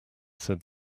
said